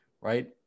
right